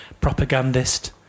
propagandist